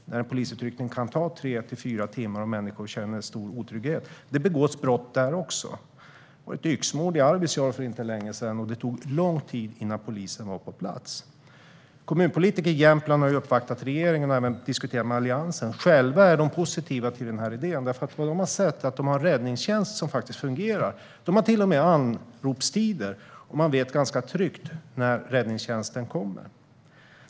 Där kan en polisutryckning ta tre till fyra timmar, och människor känner en stor otrygghet. Det begås brott där också. Det skedde ett yxmord i Arvidsjaur för inte länge sedan, och det tog lång tid innan polisen var på plats. Kommunpolitiker i Jämtland har uppvaktat regeringen och även diskuterat med Alliansen. Själva är de positiva till denna idé, för de har sett att räddningstjänsten faktiskt fungerar. De har till och med anropstider, och man vet ganska säkert när räddningstjänsten kommer.